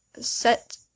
set